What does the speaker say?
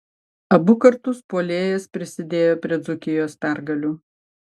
abu kartus puolėjas prisidėjo prie dzūkijos pergalių